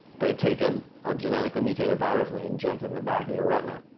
they take a ah genetically mutated virus, and they inject it in the back of your retina.